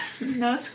No